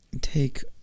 take